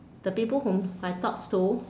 the people whom I talks to